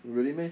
really meh